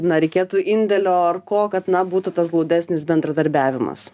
na reikėtų indėlio ar ko kad na būtų tas glaudesnis bendradarbiavimas